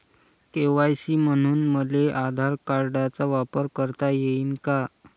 KYC म्हनून मले आधार कार्डाचा वापर करता येईन का?